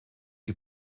die